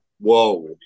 whoa